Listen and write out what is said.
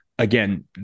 Again